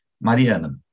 Mariana